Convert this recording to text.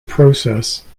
process